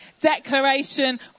declaration